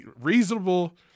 Reasonable